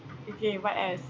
okay what else